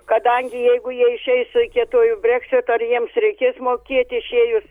kadangi jeigu jie išeis kietuoju breksitu ar jiems reikės mokėti išėjus